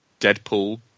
Deadpool